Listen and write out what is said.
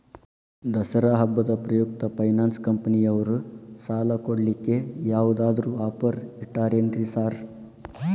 ದಸರಾ ಹಬ್ಬದ ಪ್ರಯುಕ್ತ ಫೈನಾನ್ಸ್ ಕಂಪನಿಯವ್ರು ಸಾಲ ಕೊಡ್ಲಿಕ್ಕೆ ಯಾವದಾದ್ರು ಆಫರ್ ಇಟ್ಟಾರೆನ್ರಿ ಸಾರ್?